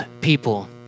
people